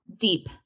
deep